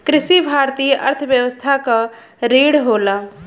कृषि भारतीय अर्थव्यवस्था क रीढ़ होला